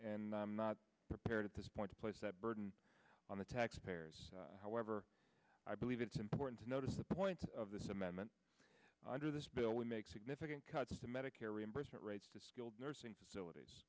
and i'm not prepared at this point to place that burden on the taxpayer however i believe it's important to notice the point of this amendment under this bill we make significant cuts to medicare reimbursement rates to skilled nursing facilities